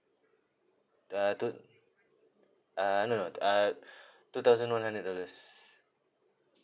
uh two uh no no uh two thousand one hundred dollars